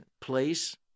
place